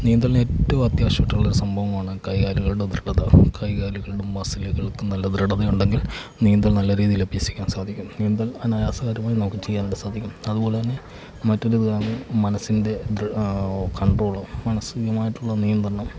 നീന്തലിന് ഏറ്റവും അത്യാവശ്യയിട്ടുള്ള സംഭവമാണ് കൈകാലുകൾ ദൃഢത കൈകാലുകളും മസിലുകൾക്കും നല്ല ദൃഢതയുണ്ടെങ്കിൽ നീന്തല് നല്ല രീതിയില് അഭ്യസിക്കാൻ സാധിക്കും നീന്തൽ അനായാസകരമായി നമുക്ക് ചെയ്യാനായിട്ട് സാധിക്കും അതുപോലെതന്നെ മറ്റൊരിതാണ് മനസ്സിൻ്റെ കൺട്രോള് മാനസികമായിട്ടുള്ള നിയന്ത്രണം